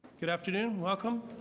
good afternoon, welcome.